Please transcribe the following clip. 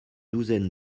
douzaine